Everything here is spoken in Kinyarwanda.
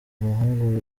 umuhungu